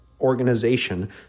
organization